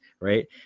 right